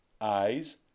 eyes